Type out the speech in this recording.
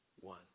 one